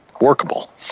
workable